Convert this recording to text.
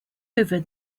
over